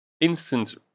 instant